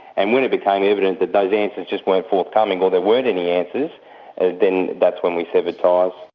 and when it became evident that those answers just weren't forthcoming or there weren't any answers then that's when we severed ties.